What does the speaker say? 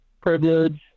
privilege